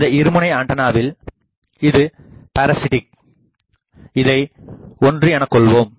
இந்த இருமுனை ஆண்டனாவில் இது பாரசிட்டிக் இதை 1 எனக்கொள்வோம்